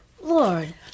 Lord